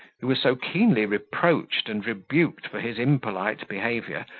who was so keenly reproached and rebuked for his impolite behaviour,